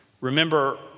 remember